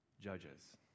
judges